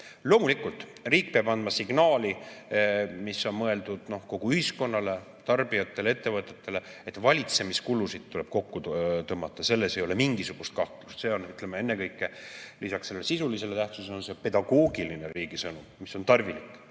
Loomulikult riik peab andma signaali, mis on mõeldud kogu ühiskonnale – tarbijatele, ettevõtetele –, et valitsemiskulusid tuleb kokku tõmmata. Selles ei ole mingisugust kahtlust, see on ennekõike lisaks selle sisulisele tähtsusele riigi pedagoogiline sõnum, mis on tarvilik.